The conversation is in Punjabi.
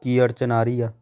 ਕੀ ਅੜਚਨ ਆ ਰਹੀ ਆ